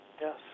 yes